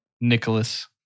Nicholas